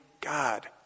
God